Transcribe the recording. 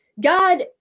God